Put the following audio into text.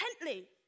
intently